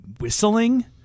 whistling